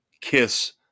KISS